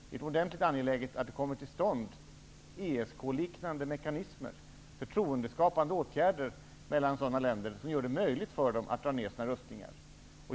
Det är utomordentligt angeläget att det kommer till stånd ESK-liknande mekanismer och förtroendeskapande åtgärder mellan sådana länder, vilket gör det möjligt för dem att dra ner sina rustningar.